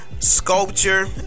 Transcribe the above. sculpture